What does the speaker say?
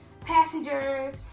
passengers